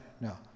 no